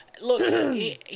look